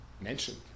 mentioned